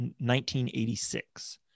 1986